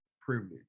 privilege